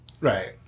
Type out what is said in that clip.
right